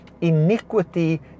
iniquity